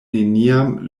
neniam